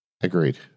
Agreed